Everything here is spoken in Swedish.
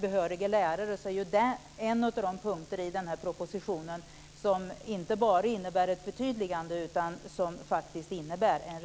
Behöriga lärare är en av de punkter i den här propositionen som inte bara innebär ett förtydligande utan som faktiskt innebär en